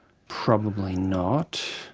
probably not.